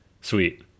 sweet